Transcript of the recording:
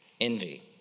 Envy